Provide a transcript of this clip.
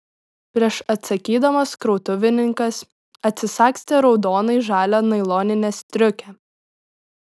prieš atsakydamas krautuvininkas atsisagstė raudonai žalią nailoninę striukę